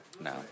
No